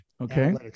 Okay